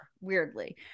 weirdly